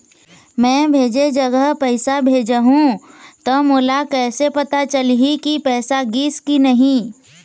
मैं भेजे जगह पैसा भेजहूं त मोला कैसे पता चलही की पैसा गिस कि नहीं?